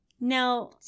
Now